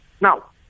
Now